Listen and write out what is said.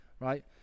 Right